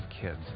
kids